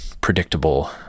predictable